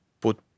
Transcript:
put